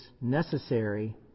necessary